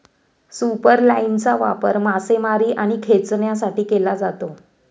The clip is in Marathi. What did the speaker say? सुपरलाइनचा वापर मासेमारी आणि खेचण्यासाठी केला जातो